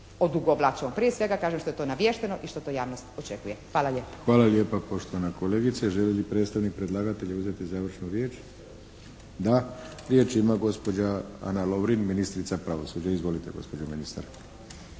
odugovlačimo. Prije svega, kažem, što je to naviješteno i što javnost očekuje. Hvala lijepa. **Arlović, Mato (SDP)** Hvala lijepa, poštovana kolegice. Želi li predstavnik predlagatelja uzeti završnu riječ? Da. Riječ ima gospođa Ana Lovrin, ministrica pravosuđa. Izvolite gospođo ministar.